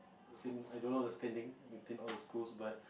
the same I don't know the standing within all the schools but